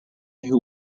who